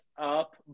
up